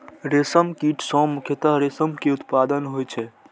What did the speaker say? रेशम कीट सं मुख्यतः रेशम के उत्पादन होइ छै